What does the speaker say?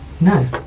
No